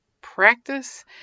practice